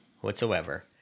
whatsoever